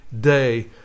day